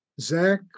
Zach